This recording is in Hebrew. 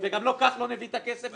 וגם לא כחלון הביא את הכסף,